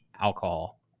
alcohol